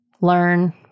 learn